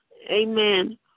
amen